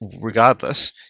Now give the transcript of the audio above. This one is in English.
regardless